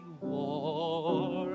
war